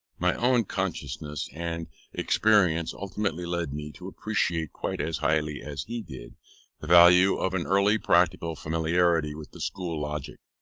my own consciousness and experience ultimately led me to appreciate quite as highly as he did, the value of an early practical familiarity with the school logic.